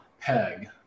peg